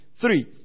Three